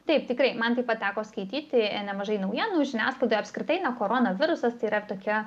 taip tikrai man taip pat teko skaityti nemažai naujienų žiniasklaidoje apskritai na korona virusas tai yra tokia